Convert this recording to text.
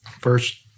first